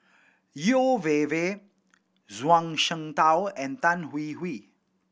Yeo Wei Wei Zhuang Shengtao and Tan Hwee Hwee